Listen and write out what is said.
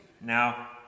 Now